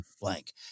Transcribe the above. blank